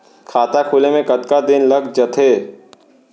खाता खुले में कतका दिन लग जथे?